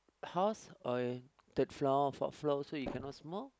house or third floor fourth floor also you cannot smoke